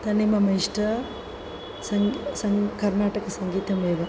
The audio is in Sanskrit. तनिममेष्ट सन् सन् कर्नाटकसङ्गीतमेव